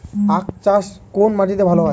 আখ চাষ কোন মাটিতে ভালো হয়?